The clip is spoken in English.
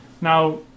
now